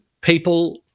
people